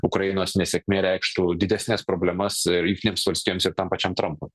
ukrainos nesėkmė reikštų didesnes problemas ir jungtinėms valstijoms ir tam pačiam trampui